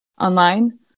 online